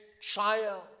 child